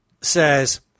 says